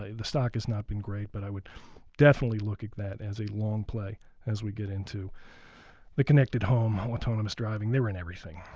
the stock has not been great, but i would definitely look at that as a long play as we get into the connected home, autonomous driving. they were in everything.